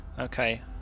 okay